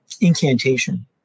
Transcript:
incantation